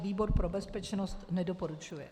Výbor pro bezpečnost nedoporučuje.